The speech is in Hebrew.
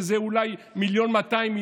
שזה אולי מיליון ו-200,000,